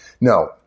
No